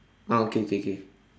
ah okay okay okay